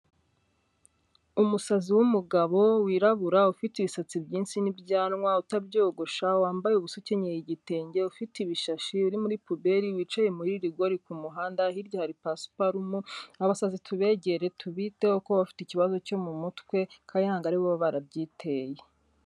Umusazi w'umugabo wirabura ufite ibisatsi byinshi n'ibyanwa utabyogosha, wambaye ubusa, ukenyeye igitenge, ufite ibishashi biri muri pubelle, wicaye muri rigori ku muhanda, hirya hari pasparum, abasazi tubegere tubiteho kuko bafite ikibazo cyo mu mutwe kandi ntabwo aribo baba barabyiteye.